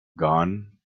gone